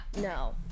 no